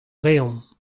reomp